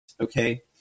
okay